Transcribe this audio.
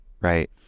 right